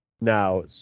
now